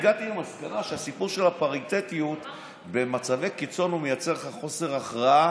הגעתי למסקנה שהסיפור של הפריטטיות במצבי קיצון מייצר לך חוסר הכרעה,